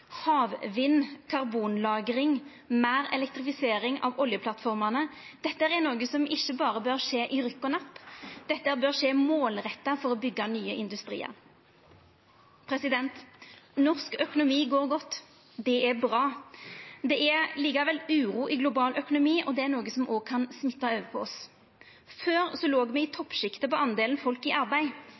Havvind, karbonlagring, meir elektrifisering av oljeplattformane – dette er noko som ikkje berre bør skje i rykk og napp, dette bør skje målretta for å byggja nye industriar. Norsk økonomi går godt. Det er bra. Det er likevel uro i global økonomi, og det er noko som òg kan smitta over på oss. Før låg me i toppsjiktet på delen folk i arbeid.